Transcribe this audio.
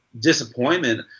disappointment